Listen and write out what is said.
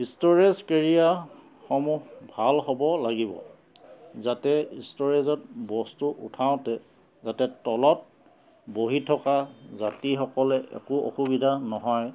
storage কেৰিয়াসমূহ ভাল হ'ব লাগিব যাতে ইষ্ট'ৰেজত বস্তু উঠাওঁতে যাতে তলত বহি থকা যাত্ৰীসকলে একো অসুবিধা নহয়